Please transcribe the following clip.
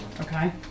Okay